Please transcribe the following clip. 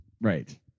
Right